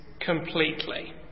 completely